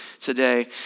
today